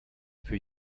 für